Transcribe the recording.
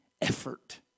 Effort